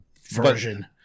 version